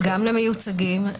גם למיוצגים.